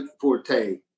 forte